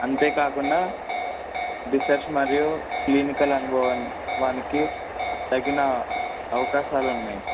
అంతేకాకుండా రిసెర్చ్ మరియు క్లినికల్ అనుభవానికి తగిన అవకాశాలున్నాయి